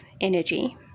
energy